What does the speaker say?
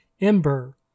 Ember